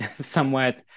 somewhat